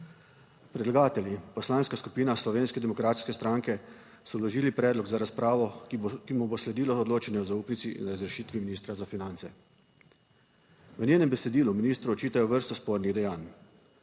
Predlagatelji, Poslanska skupina Slovenske demokratske stranke, so vložili predlog za razpravo, ki mu bo sledilo odločanje o zaupnici in razrešitvi ministra za finance. V njenem besedilu ministru očitajo vrsto spornih dejanj,